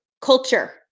culture